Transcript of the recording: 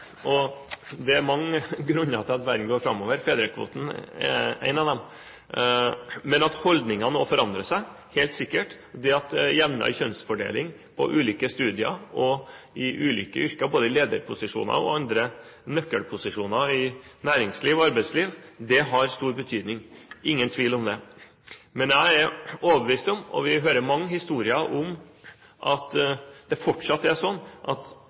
og det er mange grunner til at verden går framover. Fedrekvoten er en av dem. At holdningene nå forandrer seg, er helt sikkert. Jevnere kjønnsfordeling på ulike studier og i ulike yrker, både i lederposisjoner og andre nøkkelposisjoner i næringsliv og arbeidsliv, har stor betydning, det er ingen tvil om det. Men jeg er overbevist om – og vi hører mange historier om det – at det fortsatt er sånn at